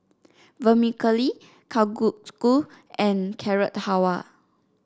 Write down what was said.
Vermicelli Kalguksu and Carrot Halwa